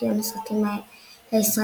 ארכיון הסרטים הישראלי,